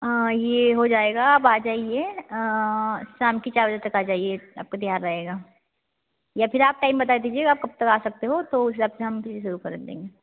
यह हो जाएगा आप आ जाइये शाम के चार बजे तक आ जाइए आपका तैयार रहेगा या फिर आप टाइम बता दीजिए आप कब तक आ सकते हो तो उस हिसाब से हम शुरू कर देंगे